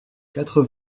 quatre